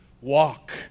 Walk